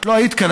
את לא היית כאן.